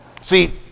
See